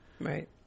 Right